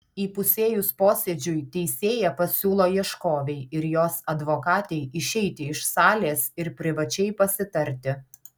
įpusėjus posėdžiui teisėja pasiūlo ieškovei ir jos advokatei išeiti iš salės ir privačiai pasitarti